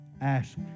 ask